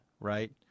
right